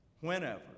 whenever